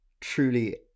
truly